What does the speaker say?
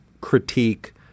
critique